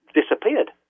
disappeared